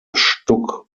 stuck